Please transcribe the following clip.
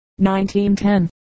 1910